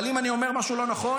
אבל אם אני אומר משהו לא נכון,